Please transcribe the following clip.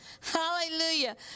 Hallelujah